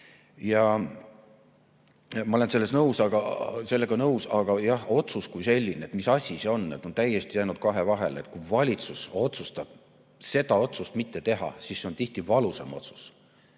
olen sellega nõus, aga jah, otsus kui selline, et mis asi see on, on täiesti jäänud kahe vahele. Kui valitsus otsustab seda otsust mitte teha, siis see on tihti valusam otsus